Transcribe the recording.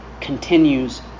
continues